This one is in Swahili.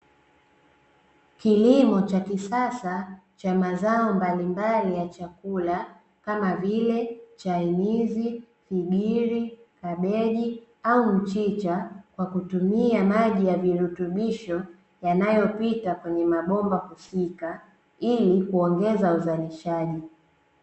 Kilimo cha kisasa cha mazao mbali mbali ya chakula ambayo ni ya chakula kama vile chainizi, mgiri, kabeji au mchicha kwa kutumia maji ya virutubisho yanayopita kwenye mabomba husika ili kuongeza uzalishaji.